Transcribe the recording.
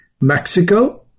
Mexico